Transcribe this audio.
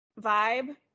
vibe